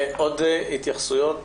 עוד התייחסויות?